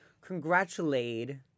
congratulate